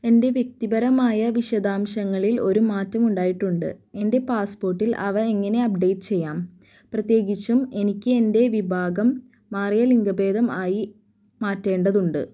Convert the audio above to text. എൻ്റെ വ്യക്തിപരമായ വിശദാംശങ്ങളിൽ ഒരു മാറ്റം ഉണ്ടായിട്ടുണ്ട് എൻ്റെ പാസ്പോർട്ടിൽ അവ എങ്ങനെ അപ്ഡേറ്റ് ചെയ്യാം പ്രത്യേകിച്ചും എനിക്ക് എൻ്റെ വിഭാഗം മാറിയ ലിങ്കഭേദം ആയി മാറ്റേണ്ടതുണ്ട്